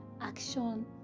action